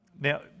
Now